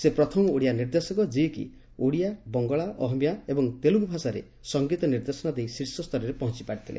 ସେ ପ୍ରଥମ ଓଡିଆ ନିର୍ଦ୍ଦେଶକ ଯିଏ କି ଓଡିଆ ବଙ୍ଗଳା ଅହମିୟା ଏବଂ ତେଲୁଗୁ ଭାଷାରେ ସଙ୍ଗୀତ ନିର୍ଦ୍ଦେଶନା ଦେଇ ଶୀର୍ଷ ସ୍ତରରେ ପହଞ୍ଚପାରିଥିଲେ